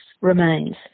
remains